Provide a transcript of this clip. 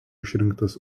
išrinktas